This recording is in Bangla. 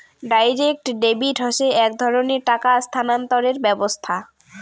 ডাইরেক্ট ডেবিট হসে এক ধরণের টাকা স্থানান্তরের ব্যবস্থা